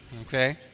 okay